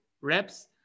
reps